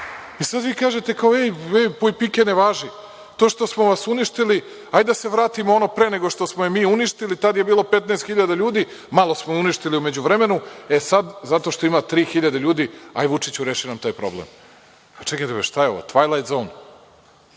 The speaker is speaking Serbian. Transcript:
I sada vi kažete puj – pike ne važi, to što smo vas uništili hajde da se vratimo ono pre nego što smo je mi uništili, tada je bilo 15 hiljada ljudi, malo smo je uništili u međuvremenu, e sada zato što ima tri hiljade ljudi, hajde Vučiću reši nam taj problem. Čekajte bre, šta je ovo? „Tvajlajt zon“?